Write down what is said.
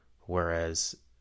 whereas